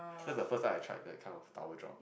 that's the first time I tried that kind of tower drop